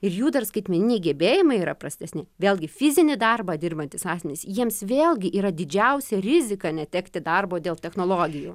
ir jų dar skaitmeniniai gebėjimai yra prastesni vėlgi fizinį darbą dirbantys asmenys jiems vėlgi yra didžiausia rizika netekti darbo dėl technologijų